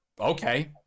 Okay